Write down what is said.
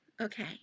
Okay